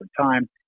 time